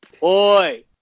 boy